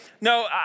No